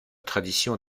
tradition